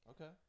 okay